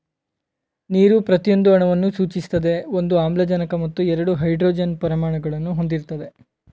ನೀರು ಪ್ರತಿಯೊಂದು ಅಣುವನ್ನು ಸೂಚಿಸ್ತದೆ ಒಂದು ಆಮ್ಲಜನಕ ಮತ್ತು ಎರಡು ಹೈಡ್ರೋಜನ್ ಪರಮಾಣುಗಳನ್ನು ಹೊಂದಿರ್ತದೆ